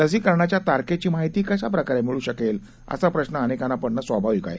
लसीकरणाच्या तारखेची माहीती कशाप्रकारे मिळू शकेल अशा प्रश्न अनेकांना पडणं स्वाभाविक आहे